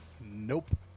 Nope